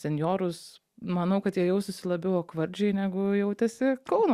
senjorus manau kad jie jaustųsi labiau okvardžiai negu jautėsi kauno